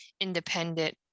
independent